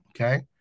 okay